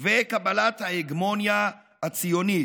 וקבלת ההגמוניה הציונית.